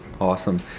Awesome